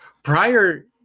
Prior